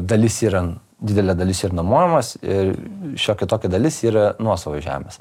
dalis yra didelė dalis yra nuomojamos ir šiokia tokia dalis yra nuosavos žemės